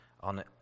on